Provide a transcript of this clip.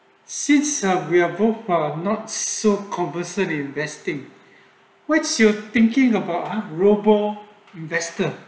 since ah we are both while not soap converse investing what's your thinking about robo investor